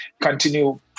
continue